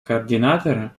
координатора